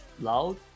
loud